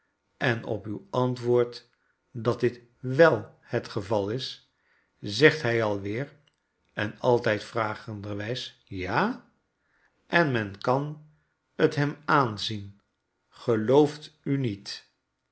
en op uw antwoord dat dit wel het geval is zegt hij alweer en altijd vragenderwijs ja en men kan them aanzien gelooft u niet